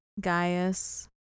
Gaius